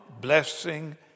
blessing